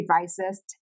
devices